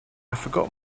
forgot